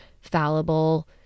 fallible